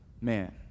man